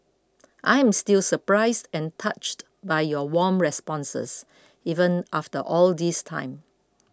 I'm still surprised and touched by your warm responses even after all this time